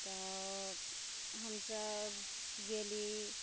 तब हमसब गेली